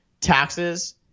taxes